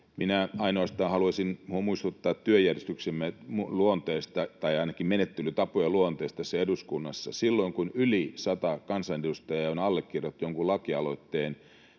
Minä ainoastaan haluaisin muistuttaa työjärjestyksemme luonteesta tai ainakin menettelytapojen luonteesta tässä eduskunnassa. Silloin, kun yli sata kansanedustajaa on allekirjoittanut jonkun lakialoitteen,